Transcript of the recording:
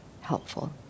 helpful